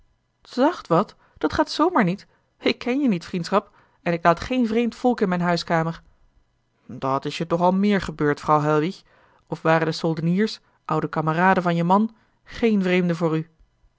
zacht wat dat gaat zoo maar niet ik ken je niet vriendschap en ik laat geen vreemd volk in mijne huiskamer dat is je toch al meer gebeurd vrouw heilwich of waren de soldeniers oude kameraden van je man geen vreemden voor u